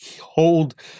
hold